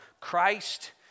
Christ